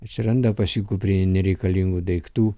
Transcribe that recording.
atsiranda pas jį gūbriai nereikalingų daiktų